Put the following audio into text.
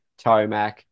Tomac